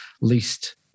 least